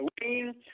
Halloween